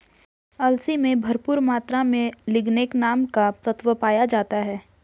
अलसी में भरपूर मात्रा में लिगनेन नामक तत्व पाया जाता है